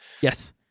Yes